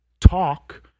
talk